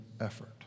effort